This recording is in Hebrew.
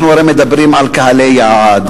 אנחנו הרי מדברים על קהלי יעד,